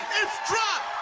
it's drop